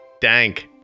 dank